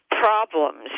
Problems